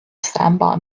standby